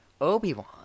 Obi-Wan